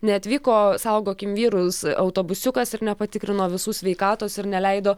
neatvyko saugokim vyrus autobusiukas ir nepatikrino visų sveikatos ir neleido